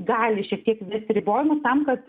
gali šiek tiek įvesti ribojimus tam kad